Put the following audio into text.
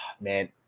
man